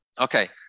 Okay